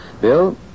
Bill